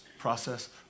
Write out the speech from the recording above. Process